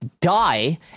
die